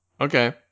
Okay